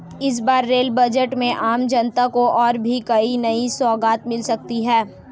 इस बार rail budget में आम जनता को और भी कई नई सौगात मिल सकती हैं